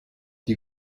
die